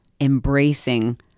embracing